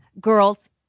girls –